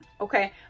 okay